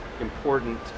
important